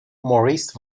maurice